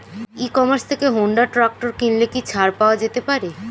ই commerce থেকে Honda tractor কিনলে কি ছাড় পাওয়া যেতে পারে?